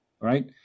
right